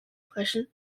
brechen